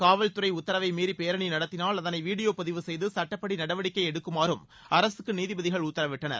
காவல்துறை உத்தரவை மீறி பேரணி நடத்தினால் அதனை வீடியோ பதிவு செய்து சட்டப்படி நடவடிக்கை எடுக்குமாறும் அரசுக்கு நீதிபதிகள் உத்தரவிட்டனர்